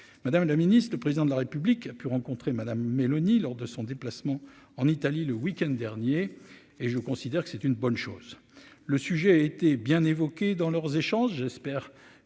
Madame la Ministre, le président de la République a pu rencontrer madame Meloni lors de son déplacement en Italie le week-end dernier et je considère que c'est une bonne chose, le sujet a été bien évoqué dans leurs échanges, j'espère